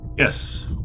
Yes